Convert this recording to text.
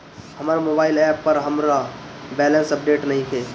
हमर mobile app पर हमर बैलेंस अपडेट नइखे